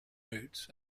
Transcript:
roots